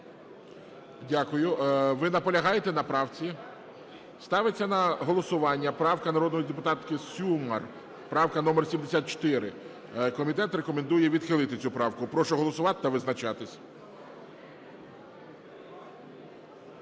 Дякую. Ви наполягаєте на правці? Ставиться на голосування правка народної депутатки Сюмар, правка номер 74. Комітет рекомендує відхилити цю правку. Прошу голосувати та визначатись.